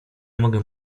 mogę